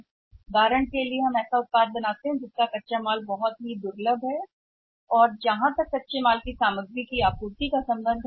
अग्रिम उदाहरण के लिए भुगतान हम इस तरह के उत्पाद का निर्माण कर रहे हैं जहां कच्चा माल है बहुत डरा रहे हैं बाजार में एकाधिकार की स्थिति है जहां तक कच्चे की आपूर्ति है सामग्री का संबंध है